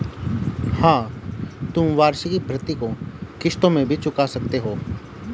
हाँ, तुम वार्षिकी भृति को किश्तों में भी चुका सकते हो